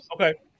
Okay